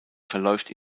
verläuft